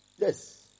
Yes